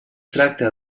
tracta